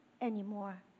anymore